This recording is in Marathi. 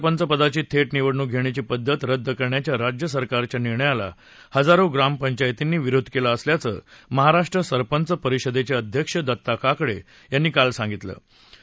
राज्यात सरपंच पदाची थेट निवडणुक घेण्याची पद्धत रद्द करण्याच्या राज्य सरकारच्या निर्णयाला हजारो ग्रामपंचायतींनी विरोध केला असल्याचं महाराष्ट्र सरपंच परिषदेचे अध्यक्ष दत्ता काकडे यांनी काल सांगितलं